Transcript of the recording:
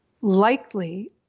likely